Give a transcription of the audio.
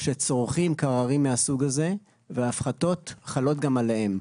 שצורכים קררים מהסוג הזה, וההפחתות חלות גם עליהם.